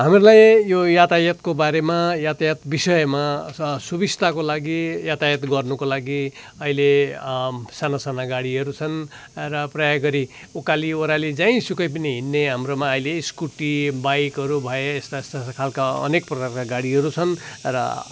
हामीहरूलाई यो यातायातको बारेमा यातायात बिषयमा अथवा सुबिस्ताको लागि यातायात गर्नुको लागि अहिले साना साना गाडीहरू छन् र प्रायः गरी उकाली ओह्राली जहीँसुकै पनि हिँड्ने हाम्रोमा अहिले स्कुटी बाइकहरू भए यस्ता यस्ता खाल्का अनेक प्रकारका गाडीहरू छन् र